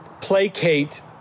placate